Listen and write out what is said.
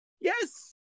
Yes